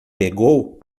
pegou